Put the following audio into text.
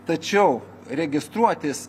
tačiau registruotis